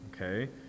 okay